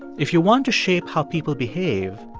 if you want to shape how people behave,